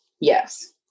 Yes